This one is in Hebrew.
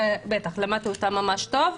למדתי אותה ממש טוב.